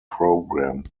program